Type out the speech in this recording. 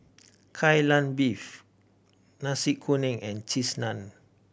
Kai Lan Beef Nasi Kuning and Cheese Naan